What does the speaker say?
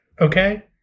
Okay